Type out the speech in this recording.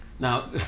Now